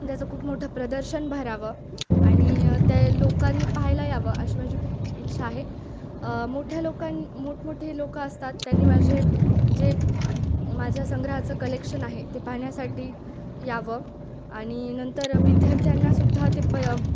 त्याचं खूप मोठं प्रदर्शन भरावं आणि ते लोकांनी पाहायला यावं अशी माझी खूप इच्छा आहे मोठ्या लोकांनी मोठमोठे लोक असतात त्यांनी माझे जे माझ्या संग्रहाचं कलेक्शन आहे ते पाहण्यासाठी यावं आणि नंतर विद्यार्थ्यांनासुद्धा ते प